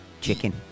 Chicken